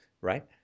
right